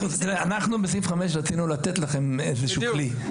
אנחנו בסעיף 5 רצינו לתת לכם איזשהו כלי.